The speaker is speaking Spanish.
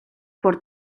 por